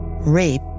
Rape